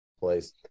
place